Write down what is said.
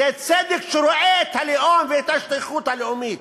זה צדק שרואה את הלאום ואת ההשתייכות הלאומית,